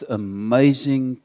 amazing